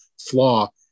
flaw